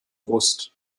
brust